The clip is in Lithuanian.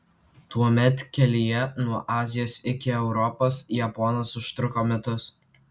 tuomet kelyje nuo azijos iki europos japonas užtruko metus